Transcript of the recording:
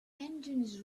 engines